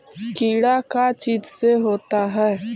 कीड़ा का चीज से होता है?